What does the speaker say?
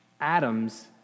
atoms